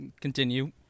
continue